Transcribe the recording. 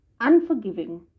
unforgiving